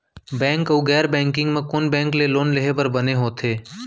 Bank अऊ गैर banking म कोन बैंक ले लोन लेहे बर बने होथे?